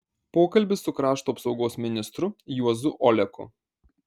pokalbis su krašto apsaugos ministru juozu oleku